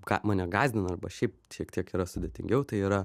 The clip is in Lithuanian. ką mane gąsdina arba šiaip šiek tiek yra sudėtingiau tai yra